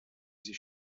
sie